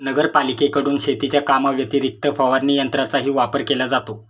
नगरपालिकेकडून शेतीच्या कामाव्यतिरिक्त फवारणी यंत्राचाही वापर केला जातो